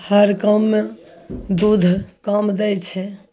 हर काममे दूध काम दै छै